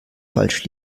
falsch